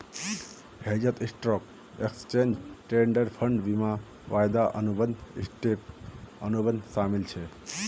हेजत stock, exchange traded fund, बीमा, वायदा अनुबंध, स्वैप, अनुबंध शामिल छेक